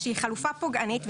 שהיא חלופה פוגענית,